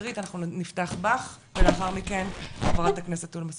שטרית אנחנו נפתח בך ולאחר מכן ח"כ תומא סלימאן.